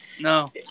No